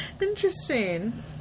Interesting